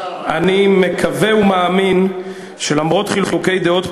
אני מקווה ומאמין שלמרות חילוקי דעות פוליטיים,